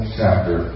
chapter